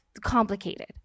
complicated